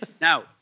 Now